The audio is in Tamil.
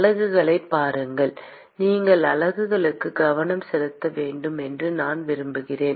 அலகுகளைப் பாருங்கள் நீங்கள் அலகுகளுக்கு கவனம் செலுத்த வேண்டும் என்று நான் விரும்புகிறேன்